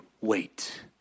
wait